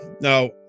Now